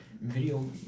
video